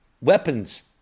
weapons